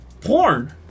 porn